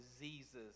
diseases